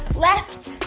left,